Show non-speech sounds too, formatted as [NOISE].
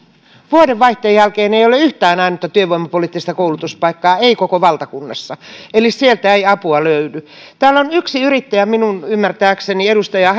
vuodenvaihteen jälkeen ei ole yhtään ainutta työvoimapoliittista koulutuspaikkaa ei koko valtakunnassa eli sieltä ei apua löydy täällä on yksi yrittäjä minun ymmärtääkseni edustaja [UNINTELLIGIBLE]